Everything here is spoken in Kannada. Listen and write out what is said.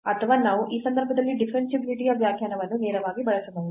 ಅಥವಾ ನಾವು ಈ ಸಂದರ್ಭದಲ್ಲಿ ಡಿಫರೆನ್ಷಿಯಾಬಿಲಿಟಿ ಯ ವ್ಯಾಖ್ಯಾನವನ್ನು ನೇರವಾಗಿ ಬಳಸಬಹುದು